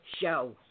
show